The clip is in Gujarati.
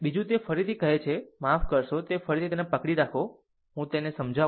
બીજું તે ફરીથી કહે છે માફ કરશો તે ફરીથી ફક્ત પકડી રાખો મને તેને સમજાવું